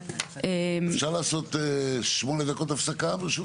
אפשר לעשות 8 דקות הפסקה ברשותכם.